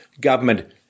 government